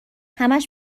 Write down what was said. همش